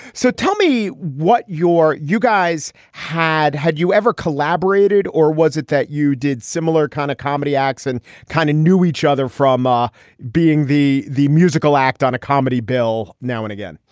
so tell me what your. you guys had had you ever collaborated? or was it that you did similar kind of comedy acts and kind of knew each other from ma being the the musical act on a comedy bill now and again?